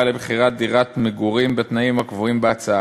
למכירת דירת מגורים בתנאים הקבועים בהצעה.